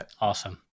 Awesome